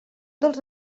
dels